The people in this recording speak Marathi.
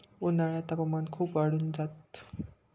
उन्हाळ्यात तापमान खूप वाढून जात